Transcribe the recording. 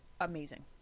amazing